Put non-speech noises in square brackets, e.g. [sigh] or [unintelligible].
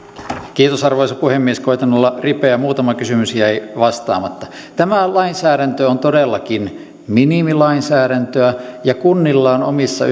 kiitos arvoisa puhemies koetan olla ripeä muutama kysymys jäi vastaamatta tämä lainsäädäntö on todellakin minimilainsäädäntöä ja kunnilla on omissa [unintelligible]